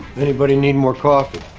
anybody need more coffee?